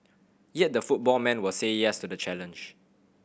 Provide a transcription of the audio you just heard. yet the football man will say yes to the challenge